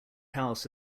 house